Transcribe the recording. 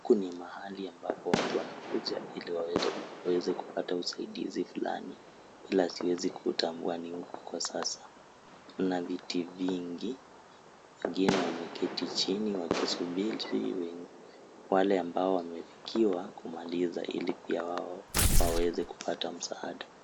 Huku ni mahali ambapo watu wanakuja ili waweze kupata usaidizi fulani ila siwezi kuutambua ni upi kwa sasa. Mna viti vingi wengine wameketi chini wakisubiri wale ambao wamefikiwa kumaliza ili pia wao waweze kupata msaada.